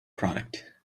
product